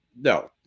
no